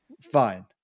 fine